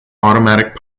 automatic